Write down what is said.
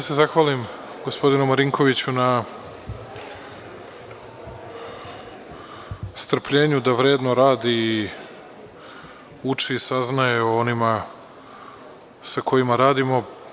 Želim da se zahvalim gospodinu Marinkoviću na strpljenju da vredno radi, uči i saznaje o onima sa kojima radimo.